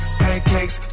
pancakes